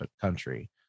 country